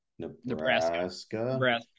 nebraska